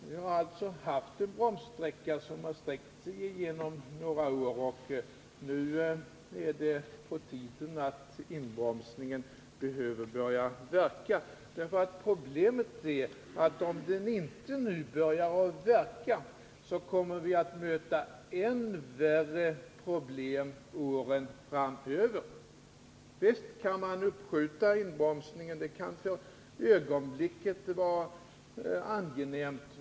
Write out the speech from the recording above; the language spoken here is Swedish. Vi har haft en bromssträcka genom några år, och nu är det på tiden att inbromsningen börjar verka. Problemet är att om den inte nu börjar verka, så kommer vi att möta än värre bekymmer åren framöver. Visst kan man uppskjuta inbromsningen — det kan för ögonblicket vara angenämt.